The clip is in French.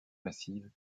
massive